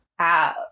out